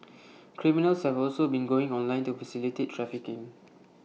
criminals have also been going online to facilitate trafficking